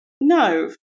No